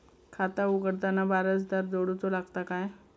खाता उघडताना वारसदार जोडूचो लागता काय?